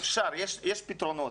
יש פתרונות.